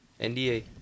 NDA